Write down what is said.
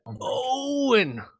owen